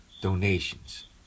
donations